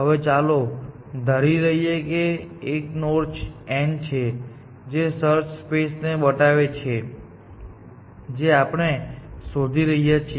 હવે ચાલો ધારી લઈએ અહીં એક નોડ n છે જે સર્ચ સ્પેસ ને બતાવે છે જે આપણે શોધી રહ્યા છે